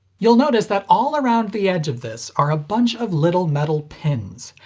you'll notice that all around the edge of this are a bunch of little metal pins.